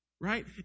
Right